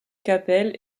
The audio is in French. capelle